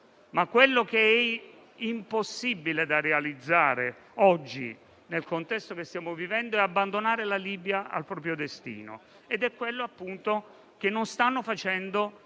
ma quello che è impossibile da realizzare oggi nel contesto che stiamo vivendo è abbandonare la Libia al proprio destino. Ed è quello appunto che non stanno facendo